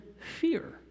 fear